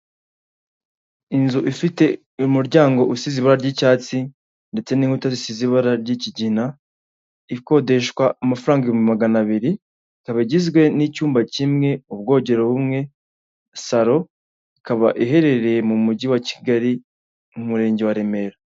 Imodoka yo mu bwoko bwa dayihatsu yifashishwa mu gutwara imizigo ifite ibara ry'ubururu ndetse n'igisanduku cy'ibyuma iparitse iruhande rw'umuhanda, aho itegereje gushyirwamo imizigo. Izi modoka zikaba zifashishwa mu kworoshya serivisi z'ubwikorezi hirya no hino mu gihugu. Aho zifashishwa mu kugeza ibintu mu bice bitandukanye by'igihugu.